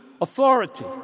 authority